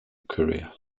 career